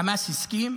חמאס הסכים